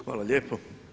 Hvala lijepo.